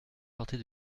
sortez